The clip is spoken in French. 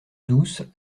douce